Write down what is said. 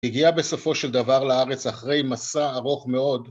הגיעה בסופו של דבר לארץ אחרי מסע ארוך מאוד.